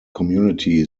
community